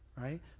right